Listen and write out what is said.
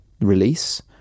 release